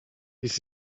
his